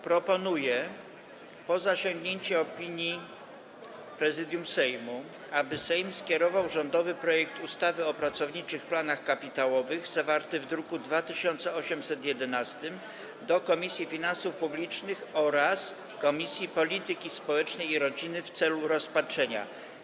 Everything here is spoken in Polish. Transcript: Proponuję, po zasięgnięciu opinii Prezydium Sejmu, aby Sejm skierował rządowy projekt ustawy o pracowniczych planach kapitałowych, zawarty w druku nr 2811, do Komisji Finansów Publicznych oraz Komisji Polityki Społecznej i Rodziny w celu rozpatrzenia.